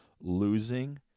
losing